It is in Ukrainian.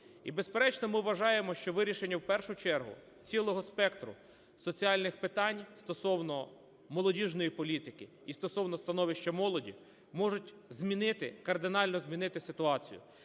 І, безперечно, ми вважаємо, що вирішення в першу чергу цілого спектру соціальних питань стосовно молодіжної політики і стосовно становища молоді можуть змінити, кардинально змінити ситуацію,